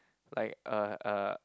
like uh uh